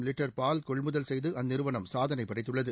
litre பால் கொள்முதல் செய்து அந்நிறுவனம் சாதனை படைத்துள்ளது